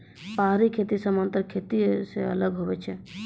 पहाड़ी खेती समान्तर खेती से अलग हुवै छै